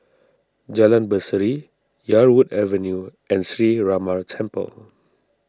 Jalan Berseri Yarwood Avenue and Sree Ramar Temple